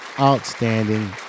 outstanding